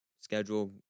schedule